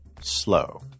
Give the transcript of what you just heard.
slow